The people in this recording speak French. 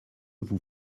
vous